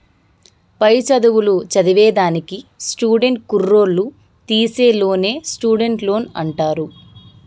పై చదువులు చదివేదానికి స్టూడెంట్ కుర్రోల్లు తీసీ లోన్నే స్టూడెంట్ లోన్ అంటారు